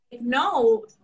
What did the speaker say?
No